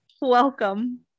Welcome